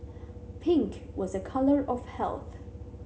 pink was a colour of health